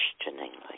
Questioningly